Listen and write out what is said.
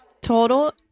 total